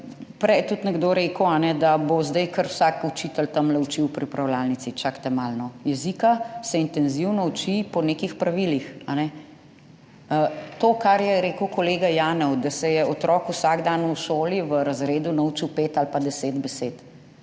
Prej je tudi nekdo rekel, da bo zdaj kar vsak učitelj tamle učil v pripravljalnici. Čakajte malo, no, jezika se intenzivno uči po nekih pravilih. To, kar je rekel kolega Janev, da se je otrok vsak dan v šoli, v razredu naučil pet ali pa deset besed